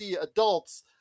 adults